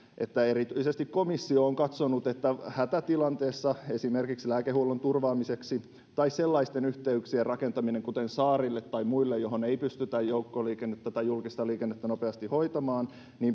että erityisesti komissio on katsonut että hätätilanteessa esimerkiksi lääkehuollon turvaamiseksi tai yhteyksien rakentamiseksi sellaisiin paikkoihin kuten saariin tai muihin jonne ei pystytä joukkoliikennettä tai julkista liikennettä nopeasti hoitamaan